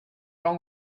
wrong